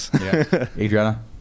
Adriana